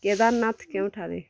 କେଦାରନାଥ କେଉଁଠାରେ